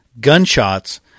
gunshots